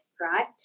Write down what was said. right